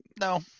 No